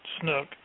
snook